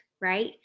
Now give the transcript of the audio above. right